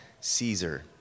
Caesar